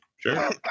Sure